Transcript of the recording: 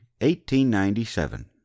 1897